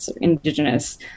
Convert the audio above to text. indigenous